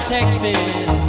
Texas